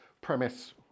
premise